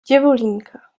dziewulinka